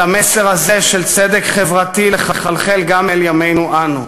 על המסר הזה של צדק חברתי לחלחל גם אל ימינו שלנו.